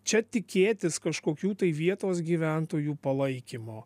čia tikėtis kažkokių tai vietos gyventojų palaikymo